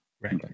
right